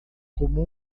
como